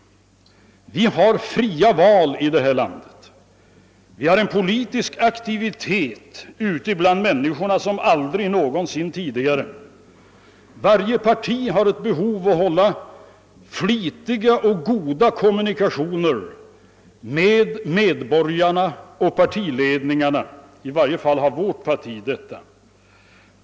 Vi har här i landet fria val, och vi har en politisk aktivitet ute bland människorna som aldrig tidigare. Varje parti har ett behov av att hålla goda och täta kommunikationer med partiledningarna och medborgarna; i varje fall har vårt parti det.